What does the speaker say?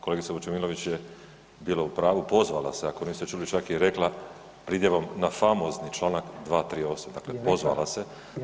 Kolegica Vučemilović je bila u pravu, pozvala se ako niste čuli, čak je i rekla pridjevom „na famozni članak 238.“ Dakle, pozvala se.